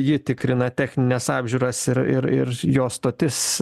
ji tikrina technines apžiūras ir ir ir jo stotis